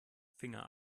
finger